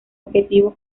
objetivo